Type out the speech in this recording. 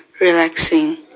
relaxing